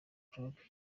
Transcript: bullock